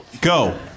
Go